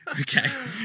okay